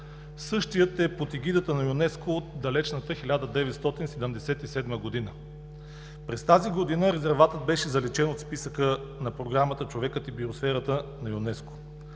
Същият е под егидата на ЮНЕСКО от далечната 1977 г. През тази година резерватът беше заличен от списъка на Програмата „Човекът и биосферата“ на ЮНЕСКО.